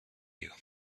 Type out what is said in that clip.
you